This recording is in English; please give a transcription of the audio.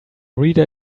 reader